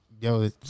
Yo